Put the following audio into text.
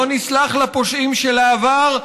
לא נסלח לפושעים של העבר,